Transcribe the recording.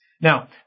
Now